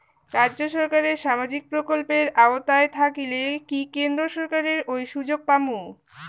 রাজ্য সরকারের সামাজিক প্রকল্পের আওতায় থাকিলে কি কেন্দ্র সরকারের ওই সুযোগ পামু?